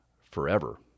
forever